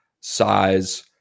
size